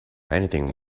anything